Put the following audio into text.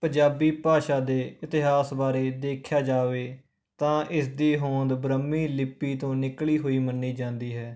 ਪੰਜਾਬੀ ਭਾਸ਼ਾ ਦੇ ਇਤਿਹਾਸ ਬਾਰੇ ਦੇਖਿਆ ਜਾਵੇ ਤਾਂ ਇਸ ਦੀ ਹੋਂਦ ਬ੍ਰਾਹਮੀ ਲਿਪੀ ਤੋਂ ਨਿਕਲੀ ਹੋਈ ਮੰਨੀ ਜਾਂਦੀ ਹੈ